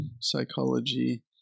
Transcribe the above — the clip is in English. psychology